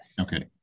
Okay